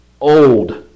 old